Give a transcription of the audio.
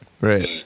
Right